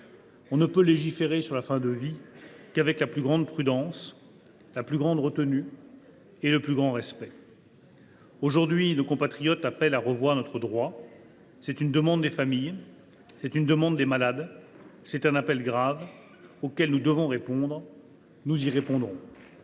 On ne peut légiférer sur la fin de vie qu’avec la plus grande prudence, la plus grande retenue et le plus grand respect. Désormais, nos compatriotes appellent à revoir notre droit : les familles et les malades le demandent. C’est un appel grave, auquel nous devons répondre. Nous y répondrons.